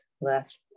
left